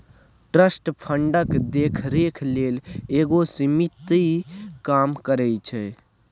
trust फंडक देखरेख लेल एगो समिति काम करइ छै